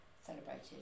celebrated